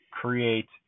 create